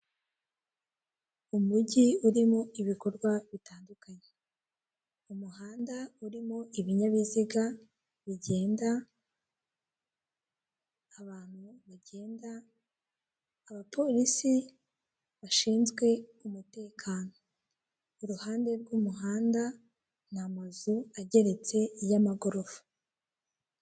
Umujyi urimo ibikorwa bitandukanye, umuhanda urimo ibinyabiziga bigenda, abantu bagenda, abapolisi bashinzwe umutekano. Iruhande rw'umuhanda n'amazu ageretse y'amagorofa.